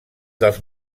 dels